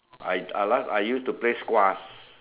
I I last I used to play squash